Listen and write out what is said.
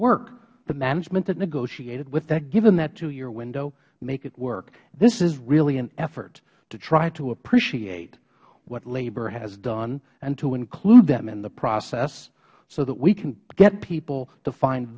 work the management that negotiated with that give them that two year window make it work this is really an effort to try to appreciate what labor has done and to include them in the process so that we can get people to find